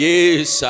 Yes